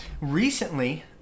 recently